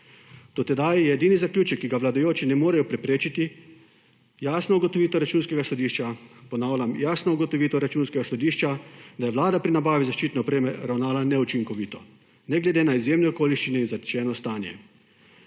Do tedaj je edini zaključek, ki ga vladajoči ne morejo preprečiti, jasna ugotovitev Računskega sodišča, ponavljam, jasna ugotovitev Računskega sodišča, da je vlada pri nabavi zaščitne opreme ravnala neučinkovito, ne glede na izjemne okoliščine in zatečeno stanje.